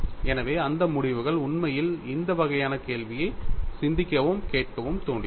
எனவே அந்த முடிவுகள் உண்மையில் இந்த வகையான கேள்வியை சிந்திக்கவும் கேட்கவும் தூண்டியது